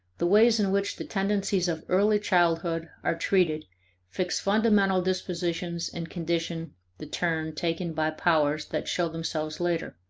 the ways in which the tendencies of early childhood are treated fix fundamental dispositions and condition the turn taken by powers that show themselves later.